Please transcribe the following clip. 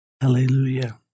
Hallelujah